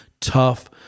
tough